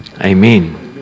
amen